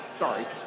Sorry